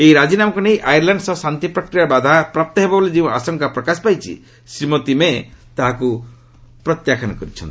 ଏହି ରାଜିନାମାକୁ ନେଇ ଆର୍ୟଲାଣ୍ଡ ସହ ଶାନ୍ତି ପ୍ରକ୍ରିୟା ବାଧାପ୍ରାପ୍ତ ହେବ ବୋଲି ଯେଉଁ ଆଶଙ୍କା ପ୍ରକାଶ ପାଇଛି ଶ୍ରୀମତୀ ମେ' ତାହାକୁ ପ୍ରତ୍ୟାଖ୍ୟାନ କରିଛନ୍ତି